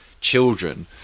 children